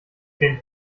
gehen